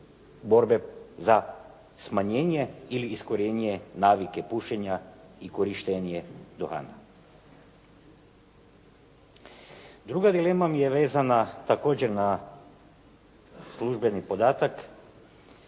za smanjenje ili iskorijenjenje navike pušenja i korištenje duhana. Druga dilema mi je vezana također na službeni podatak